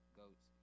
goats